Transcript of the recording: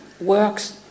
works